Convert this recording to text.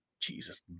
Jesus